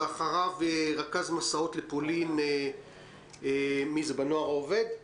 ואחריו רכז מסעות לפולין בנוער העובד והלומד.